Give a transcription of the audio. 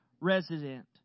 resident